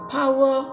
power